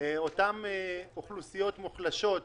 אותן אוכלוסיות מוחלשות,